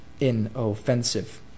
inoffensive